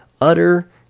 utter